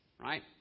Right